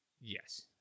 Yes